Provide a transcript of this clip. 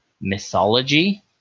mythology